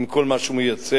עם כל מה שהוא מייצג.